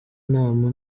inama